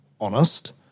honest